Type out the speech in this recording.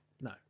no